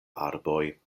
arboj